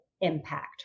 impact